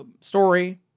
story